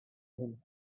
him